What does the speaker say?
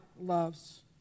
loves